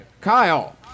Kyle